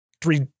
three